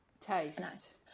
Taste